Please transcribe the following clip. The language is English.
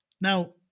Now